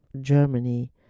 Germany